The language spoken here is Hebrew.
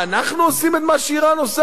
אנחנו עושים את מה שאירן עושה?